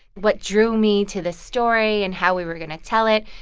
what drew me to this story and how we were going to tell it.